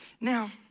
Now